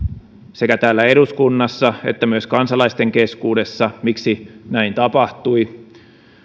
sekä täällä eduskunnassa että myös kansalaisten keskuudessa miksi näin tapahtui